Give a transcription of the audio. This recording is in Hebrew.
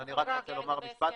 הסכם --- אני רק רוצה לומר משפט,